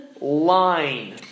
line